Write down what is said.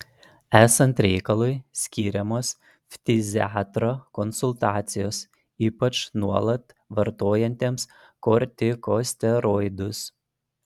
esant reikalui skiriamos ftiziatro konsultacijos ypač nuolat vartojantiems kortikosteroidus